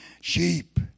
Sheep